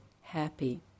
happy